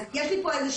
אז יש לי פה בעיה,